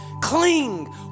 cling